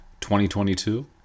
2022